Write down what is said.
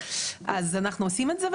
אז אנחנו עושים את זה,